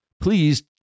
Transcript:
Please